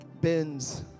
bends